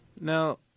Now